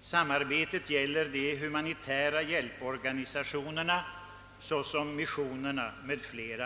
Samarbetet gäller de humanitära hjälporganisationerna såsom missionerna m.fl.»